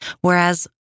whereas